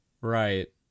Right